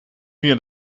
via